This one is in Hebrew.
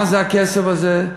מה זה הכסף הזה?